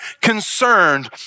concerned